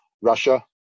Russia